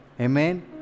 Amen